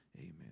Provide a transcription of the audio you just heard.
Amen